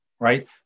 right